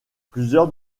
plusieurs